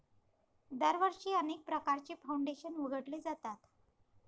दरवर्षी अनेक प्रकारचे फाउंडेशन उघडले जातात